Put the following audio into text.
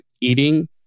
eating